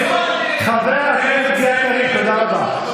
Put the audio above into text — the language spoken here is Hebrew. חבר הכנסת, תודה רבה.